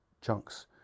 chunks